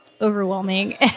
overwhelming